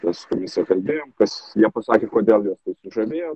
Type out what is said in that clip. mes su komisija kalbėjom kas jie pasakė kodėl juos tai sužavėjo